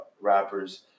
rappers